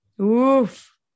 Oof